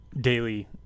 daily